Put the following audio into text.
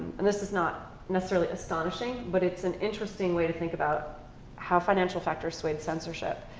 and this is not necessarily astonishing, but it's an interesting way to think about how financial factors swayed censorship.